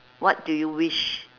what do you wish